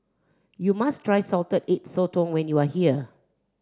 you must try Salted Egg Sotong when you are here